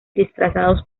disfrazados